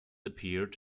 appeared